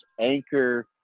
anchor